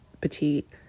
petite